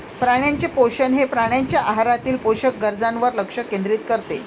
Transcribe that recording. प्राण्यांचे पोषण हे प्राण्यांच्या आहारातील पोषक गरजांवर लक्ष केंद्रित करते